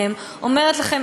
אומרת להם: